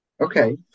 Okay